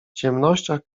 ciemnościach